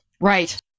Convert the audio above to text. Right